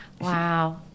Wow